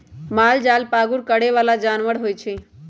मालजाल पागुर करे बला जानवर होइ छइ